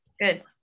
good